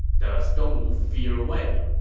does dongwu fear wei?